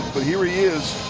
but here he is